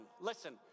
listen